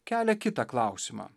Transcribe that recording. kelia kitą klausimą